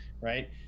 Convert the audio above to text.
right